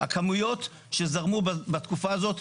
הכמויות שזרמו בתקופה הזאת,